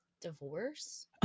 Divorce